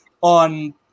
on